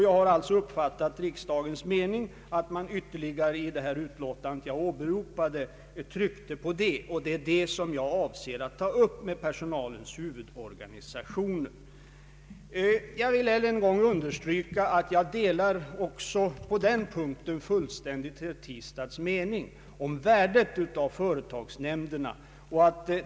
Jag har alltså uppfattat riksdagens mening så att man i det utlåtande som jag åberopade ytterligare tryckte på detta. Jag avser också att ta upp denna fråga med personalens huvudorganisationer. Jag vill understryka att jag också delar herr Tistads mening om värdet av företagsnämnderna.